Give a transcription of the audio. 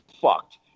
fucked